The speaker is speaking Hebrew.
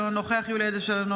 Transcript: אינו נוכח יולי יואל אדלשטיין,